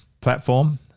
platform